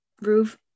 roof